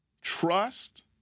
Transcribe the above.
trust